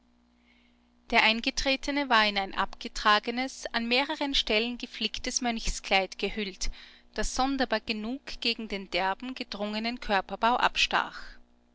der eingetretene war in ein abgetragenes an mehreren stellen geflicktes mönchskleid gehüllt das sonderbar genug gegen den derben gedrungenen körperbau abstach